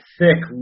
thick